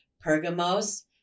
Pergamos